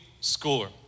Score